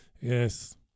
Yes